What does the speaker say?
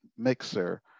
mixer